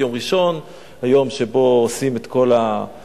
יום ראשון הוא יום שבו עושים את כל הדברים